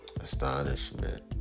astonishment